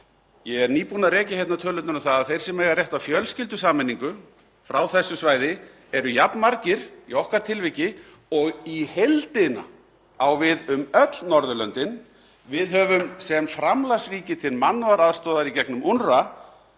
ég er nýbúinn að rekja hérna tölurnar um það að þeir sem eiga rétt á fjölskyldusameiningu frá þessu svæði eru jafn margir í okkar tilviki og á við í heildina um öll Norðurlöndin. Við höfum sem framlagsríki til mannúðaraðstoðar í gegnum